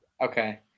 Okay